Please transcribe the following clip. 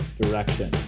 direction